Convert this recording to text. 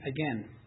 again